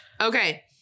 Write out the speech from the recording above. Okay